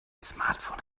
smartphone